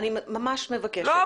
אני ממש מבקשת --- לא,